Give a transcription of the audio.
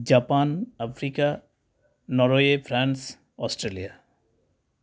Japan Africa Norway France Australia